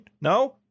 No